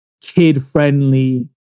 kid-friendly